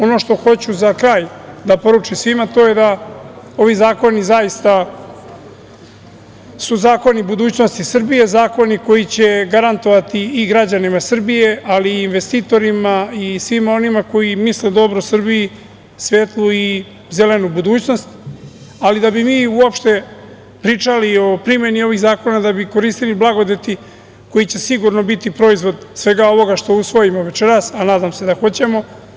Ono što hoću za kraj da poručim svima to je da ovi zakoni zaista su zakoni budućnosti Srbije, zakoni koji će garantovati i građanima Srbije, ali i investitorima i svima onima koji misle dobro Srbiji svetlu i zelenu budućnost, ali da bi mi uopšte pričali o primeni ovih zakona, da bi koristili blagodeti koje će sigurno biti proizvod svega ovoga što usvojimo večeras, a nadam se da hoćemo.